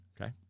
Okay